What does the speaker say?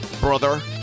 Brother